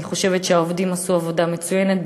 אני חושבת שהעובדים עשו עבודה מצוינת,